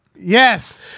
Yes